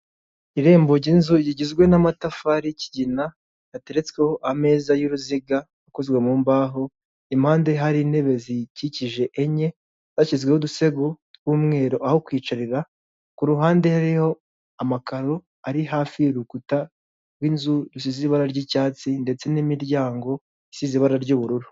Irembo ry'inzu rigizwe n'amatafari y'ikigina ateretsweho ameza y'uruziga akozwe mu mbaho impande hari intebe ziyikikije enye zashyizweho udusego tw'umweru aho kwicarira ku ruhande hariho amakaro ari hafi y'urukuta rw'inzu rusize ibara ry'icyatsi ndetse n'imiryango isize ibara ry'ubururu.